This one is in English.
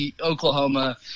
Oklahoma